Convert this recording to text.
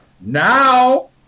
now